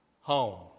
home